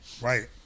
Right